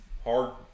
hard